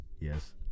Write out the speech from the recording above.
Yes